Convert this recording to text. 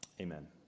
Amen